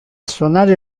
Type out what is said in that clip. suonare